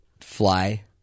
fly